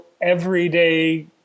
everyday